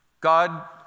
God